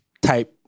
type